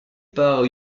par